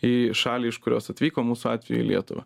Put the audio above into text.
į šalį iš kurios atvyko mūsų atveju į lietuvą